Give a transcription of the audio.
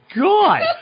God